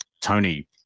Tony